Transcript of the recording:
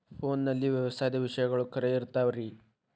ಫೋನಲ್ಲಿ ವ್ಯವಸಾಯದ ವಿಷಯಗಳು ಖರೇ ಇರತಾವ್ ರೇ?